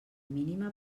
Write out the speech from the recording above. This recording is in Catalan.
mínima